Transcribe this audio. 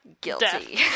guilty